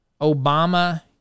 Obama